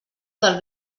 del